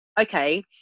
okay